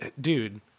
Dude